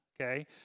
okay